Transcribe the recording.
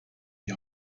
die